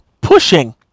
pushing